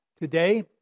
today